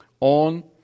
on